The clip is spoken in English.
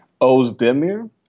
Ozdemir